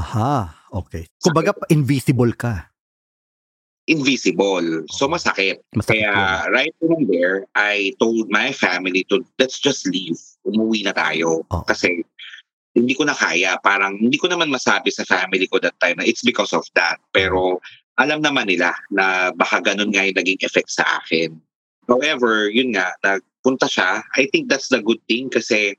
Aha, okay. Kumbaga, Sakit. pa- invisible ka. Invisible. So, Okay. masakit. Masakit Kaya, yun. right then and there, I told my family to, "Let's just leave. Umuwi na tayo." Oh. Kasi, hindi ko na kaya. Parang, hindi ko naman masabi sa family ko that time na, "It's because of that." Hmm. Pero, alam naman nila na baka ganun nga yung naging effect sa akin. However, yun nga, nagpunta siya. I think that's the good thing kasi,